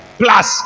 plus